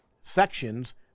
sections